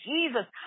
Jesus